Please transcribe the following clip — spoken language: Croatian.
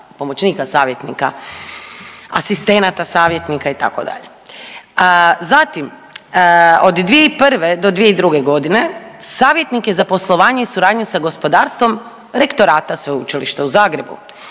pomoćnika savjetnika, asistenata savjetnika itd. Zatim, od 2001. do 2002. godine savjetnik je za poslovanje i suradnju sa gospodarstvom rektorata Sveučilišta u Zagrebu.